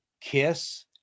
kiss